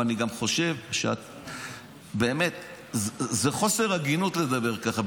ואני גם חושב שזה חוסר הגינות לדבר ככה,